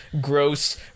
gross